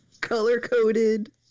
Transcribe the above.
Color-coded